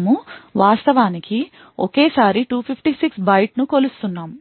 మనము వాస్తవానికి ఒకేసారి 256 bytes ను కొలుస్తున్నాము